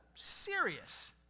serious